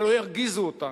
שלא ירגיזו אותנו.